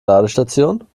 ladestation